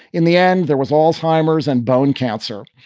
in the end, there was all heimer's and bone cancer.